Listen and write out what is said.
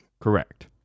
Correct